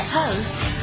hosts